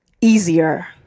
easier